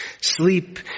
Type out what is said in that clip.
Sleep